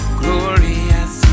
glorious